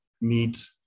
meet